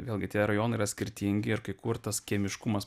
vėlgi tie rajonai yra skirtingi ir kai kur tas kiemiškumas